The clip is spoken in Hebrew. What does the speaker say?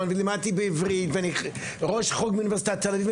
ולימדתי בעברית ואני ראש חוג באוניברסיטת תל אביב.